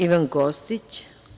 Ivan Kostić.